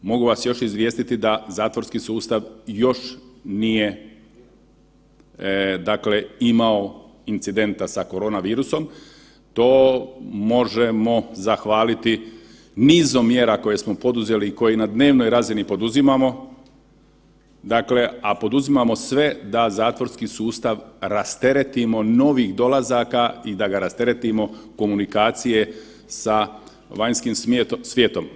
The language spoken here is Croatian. Mogu vas još izvijestiti da zatvorski sustav još nije imao incidenta sa korona virusom, to možemo zahvaliti nizom mjera koje smo poduzeli i koji na dnevnoj razini poduzimamo, a poduzimamo sve da zatvorski sustav rasteretimo novih dolazaka i da ga rasteretimo komunikacije sa vanjskim svijetom.